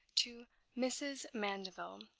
to mrs. mandeville,